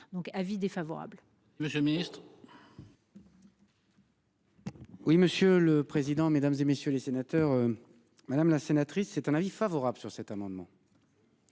donc avis défavorable le ministre. Oui, monsieur le président, Mesdames, et messieurs les sénateurs. Madame la sénatrice. C'est un avis favorable sur cet amendement.